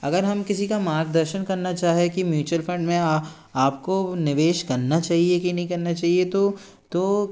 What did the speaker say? अगर हम किसी का मार्गदर्शन करना चाहे कि म्यूचुअल फंड में आपको निवेश करना चाहिए कि नई करना चाहिए तो तो